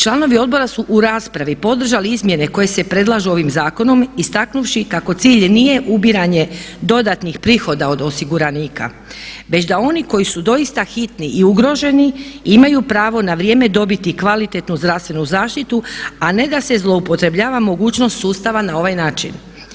Članovi Odbora su u raspravi podržali izmjene koje se predlažu ovim zakonom istaknuvši kako cilj nije ubiranje dodatnih prihoda od osiguranika već da oni koji su doista hitni i ugroženi imaju pravo na vrijeme dobiti kvalitetnu zdravstvenu zaštitu, a ne da se zloupotrebljava mogućnost sustava na ovaj način.